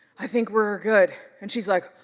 i think we're good and she's like,